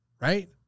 right